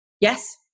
Yes